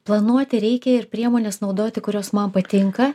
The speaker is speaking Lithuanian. planuoti reikia ir priemones naudoti kurios man patinka